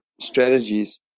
strategies